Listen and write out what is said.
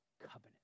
covenant